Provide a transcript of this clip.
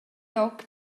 toc